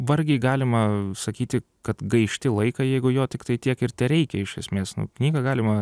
vargiai galima sakyti kad gaišti laiką jeigu jo tiktai tiek ir tereikia iš esmės nu knygą galima